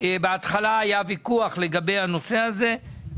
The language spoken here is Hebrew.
בהתחלה היה ויכוח לגבי הנושא הזה.